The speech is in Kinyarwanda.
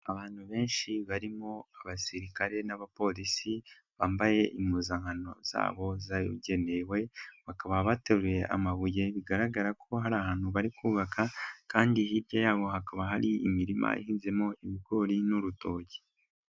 Abantu benshi barimo abasirikare n'abapolisi bambaye impuzankano zabo zabugenewe, bakaba bateruye amabuye bigaragara ko hari ahantu bari kubaka, kandi hirya yabo hakaba hari imirima ihinzemo ibigori n'urutoki.